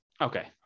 Okay